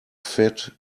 fit